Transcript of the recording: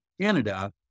Canada